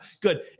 good